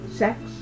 sex